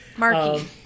Marky